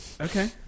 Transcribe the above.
Okay